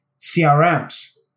CRMs